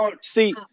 See